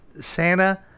Santa